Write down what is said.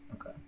Okay